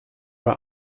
war